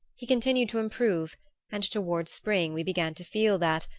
he continued to improve and toward spring we began to feel that,